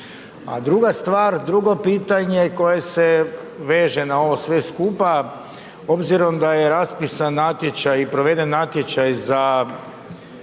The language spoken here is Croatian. druga stvar, drugo pitanje koje se veže na ovo sve skupa, obzirom da je raspisan natječaj i proveden natječaj za